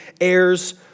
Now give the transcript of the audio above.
heirs